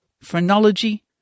Phrenology